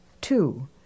Two